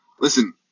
Listen